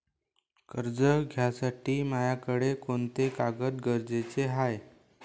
कर्ज घ्यासाठी मायाकडं कोंते कागद गरजेचे हाय?